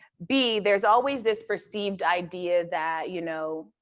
b, there's always this perceived idea that, you know,